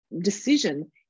decision